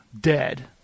dead